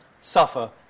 suffer